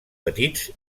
petits